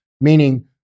meaning